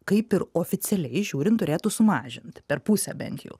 kaip ir oficialiai žiūrint turėtų sumažint per pusę bent jau